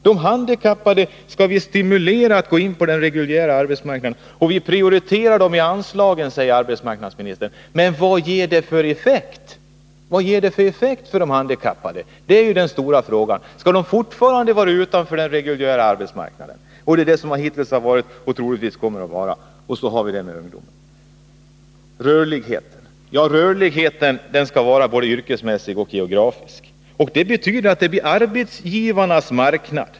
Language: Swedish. De handikappade skall vi stimulera att gå in på den reguljära arbetsmarknaden, och vi prioriterar dem vid anslagstilldelningen, säger arbetsmarknadsministern. Men vad ger det för effekt för de handikappade? Det är ju den stora frågan. Skall de fortfarande vara utanför den reguljära arbetsmarknaden, som de hittills har varit och som de troligen också kommer att vara? Och så har vi det här med ungdomen. Rörligheten skall avse både yrket och bostadsorten, vilket betyder att det blir arbetsgivarnas marknad.